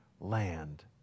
land